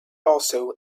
also